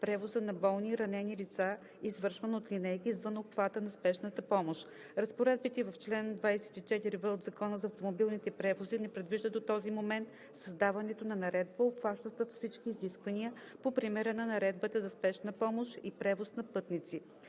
превоза на болни и ранени лица, извършван от линейки извън обхвата на спешната помощ. Разпоредбите в чл. 24в от Закона за автомобилните превози не предвижда до този момент създаването на наредба, обхващаща всички изисквания, по примера на Наредбата за спешна помощ и превоз на пътници.